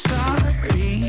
Sorry